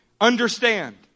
Understand